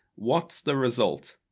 what's the result?